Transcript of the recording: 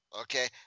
Okay